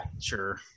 Sure